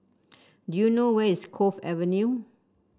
do you know where is Cove Avenue